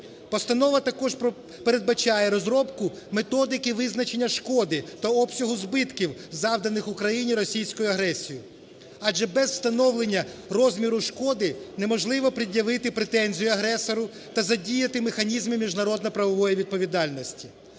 Постанова також передбачає розробку методики визначення шкоди та обсягу збитків, завданих Україні російською агресією. Адже без встановлення розміру шкоди неможливо пред'явити претензію агресору та задіяти механізми міжнародно-правової відповідальності.